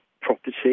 property